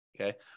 okay